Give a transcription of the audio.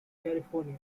california